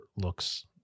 looks